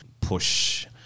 push